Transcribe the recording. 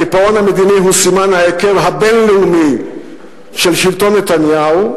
הקיפאון המדיני הוא סימן ההיכר הבין-לאומי של שלטון נתניהו,